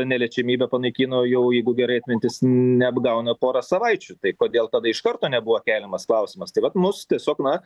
neliečiamybę panaikino jau jeigu gerai atmintis neapgauna porą savaičių tai kodėl tada iš karto nebuvo keliamas klausimas tai vat mus tiesiog na